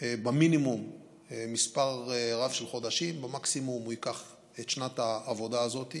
במינימום מספר רב של חודשים ובמקסימום זה ייקח את שנת העבודה הזאת.